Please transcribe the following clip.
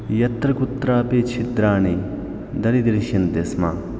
यत्र कुत्र अपि छिद्राणि दरीदृश्यन्ते स्म